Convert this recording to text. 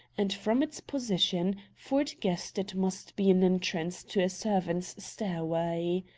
and, from its position, ford guessed it must be an entrance to a servants' stairway.